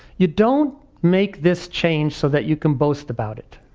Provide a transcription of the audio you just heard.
you don't make this change so that you can boast about it.